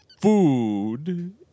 food